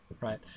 right